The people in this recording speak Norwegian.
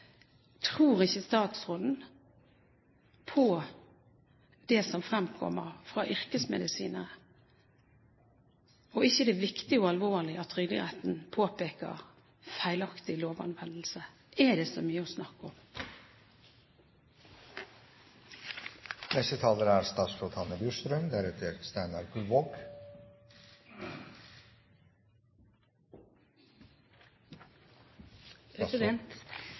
Tror ikke statsråden på det som fremkommer fra yrkesmedisinere? Og er det ikke viktig og alvorlig at Trygderetten påpeker feilaktig lovanvendelse? Er det så mye å snakke om?